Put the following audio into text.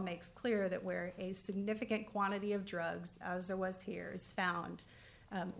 makes clear that where a significant quantity of drugs as there was here is found